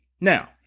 Now